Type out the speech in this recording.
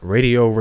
Radio